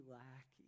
lack